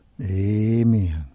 Amen